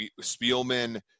Spielman